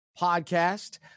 podcast